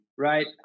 right